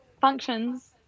functions